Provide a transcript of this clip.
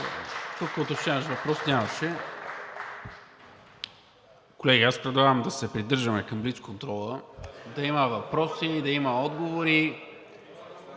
Тук уточняващ въпрос нямаше! Колеги, аз предлагам да се придържаме към блицконтрола – да има въпроси, да има отговори.